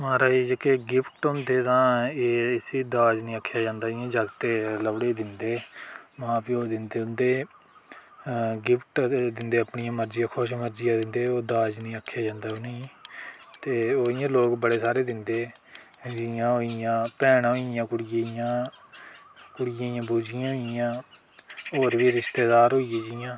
मा'राज जेह्के गिफ्ट होंदे तां इसी दाज निं आखेआ जंदा इ'यां जागते लौह्डे़ ई दिदें मां प्यो दिंदे उं'दे गिफ्ट दिंदे अपनी मर्जी कन्नै खुश मर्जिया दिंदे दाज निं आखेआ जंदा उ'नें ई ते इ'यां लोक बड़े सारे दिंदे जि'यां होइयां भैनांऽ होइयां कुड़िये दियां कुड़िये दियां बूजियां होइयां होर बी रिश्तेदार होई गे जि'यां